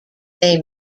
they